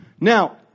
Now